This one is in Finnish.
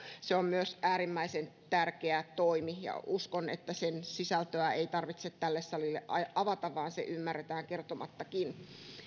se on myös äärimmäisen tärkeä toimi uskon että sen sisältöä ei tarvitse tälle salille avata vaan se ymmärretään kertomattakin